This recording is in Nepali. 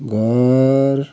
घर